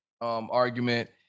argument